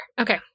Okay